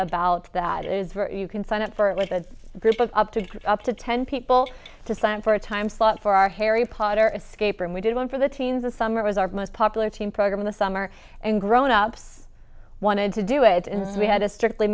about that is where you can sign up for the group of up to up to ten people to sign for a time slot for our harry potter escaper and we did one for the teens this summer it was our most popular teen program in the summer and grownups wanted to do it in so we had to strictly